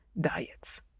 diets